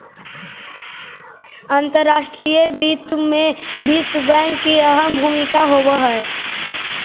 अंतर्राष्ट्रीय वित्त में विश्व बैंक की अहम भूमिका होवअ हई